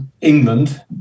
England